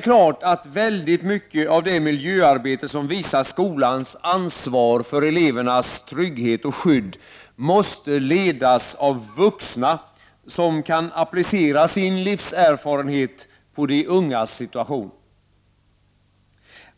klart att väldigt mycket av det miljöarbete som visar skolans ansvar för elevernas trygghet och skydd måste ledas av vuxna, som kan applicera sin livserfarenhet på de ungas situation.